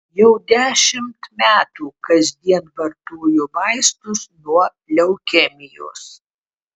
jau dešimt metų kasdien vartoju vaistus nuo leukemijos